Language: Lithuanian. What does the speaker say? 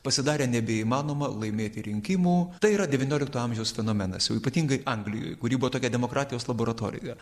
pasidarė nebeįmanoma laimėti rinkimų tai yra devyniolikto amžiaus fenomenas jau ypatingai anglijoj kuri buvo tokia demokratijos laboratorija